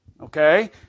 Okay